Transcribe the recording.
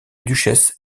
duchesse